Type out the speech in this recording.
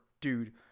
dude